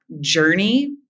journey